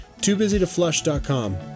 TooBusyToFlush.com